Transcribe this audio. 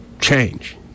change